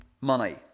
Money